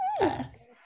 yes